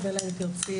ייצא.